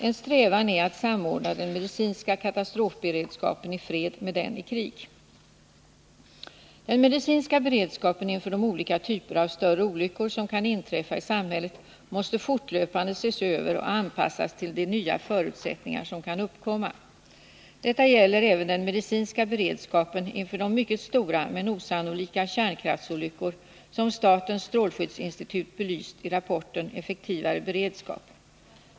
En strävan är att samordna den medicinska katastrofberedskapen i fred med den i krig. Den medicinska beredskapen inför de olika typer av större olyckor som kan inträffa i samhället måste fortlöpande ses över och anpassas till de nya förutsättningar som kan uppkomma. Detta gäller även den medicinska beredskapen inför de mycket stora men osannolika kärnkraftsolyckor som statens strålskyddsinstitut belyst i rapporten Effektivare beredskap.